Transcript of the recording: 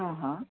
आं हा